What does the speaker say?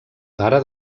pare